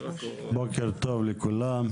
בוקר טוב לכולם.